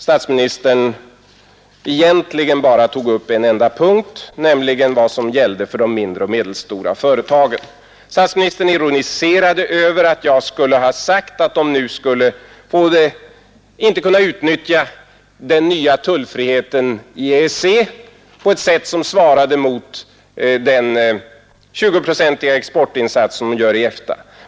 Statsministern tog där egentligen bara upp en enda punkt, nämligen vad som gällde för de mindre och medelstora företagen. Statsministern ironiserade över att jag skulle ha sagt att de nu inte skulle kunna utnyttja den nya tullfriheten i EEC på ett sätt som svarade mot den 20-procentiga exportinsats som de gör i EFTA.